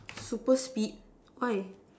super speed why